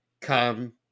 come